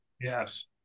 Yes